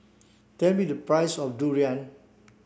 tell me the price of durian